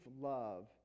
love